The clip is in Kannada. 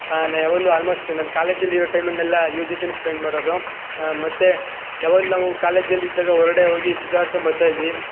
ನಾ ಯಾವಾಗಲು ಆಲ್ಮೋಸ್ಟ್ ನನ್ನ ಕಾಲೇಜಲ್ಲಿ ಇರೋ ಟೈಮನ್ನೆಲ್ಲ ಇವ್ರ ಜೊತೆಲೆ ಸ್ಪೆಂಡ್ ಮಾಡೋದು ಮತ್ತು ಯಾವಾಗಲು ನಾವು ಕಾಲೇಜಲ್ಲಿದ್ದಾಗ ಹೊರ್ಗಡೆ ಹೋಗಿ ಸುತ್ತಾಡ್ಕೊಂಡು ಬರ್ತಾಯಿದ್ವಿ